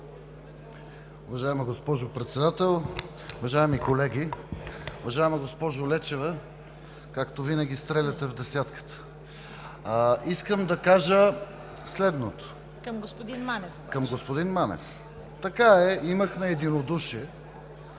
Към господин Манев.